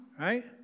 right